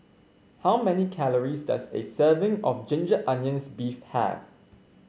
how many calories does a serving of Ginger Onions beef have